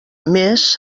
més